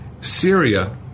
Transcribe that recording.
Syria